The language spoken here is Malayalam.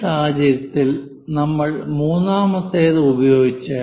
ഈ സാഹചര്യത്തിൽ നമ്മൾ മൂന്നാമത്തേത് ഉപയോഗിച്ചു